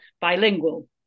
bilingual